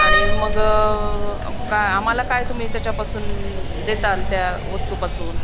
आणि मग काय आम्हाला काय तुम्ही त्याच्यापासून देताल त्या वस्तूपासून